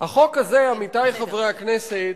החוק הזה, עמיתי חברי הכנסת,